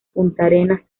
puntarenas